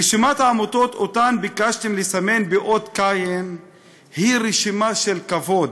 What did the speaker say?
רשימת העמותות שביקשתם לסמן באות קין היא רשימה של כבוד,